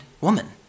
woman